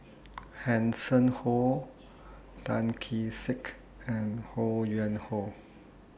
Hanson Ho Tan Kee Sek and Ho Yuen Hoe